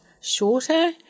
shorter